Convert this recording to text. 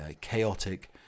chaotic